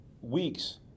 weeks